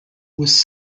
was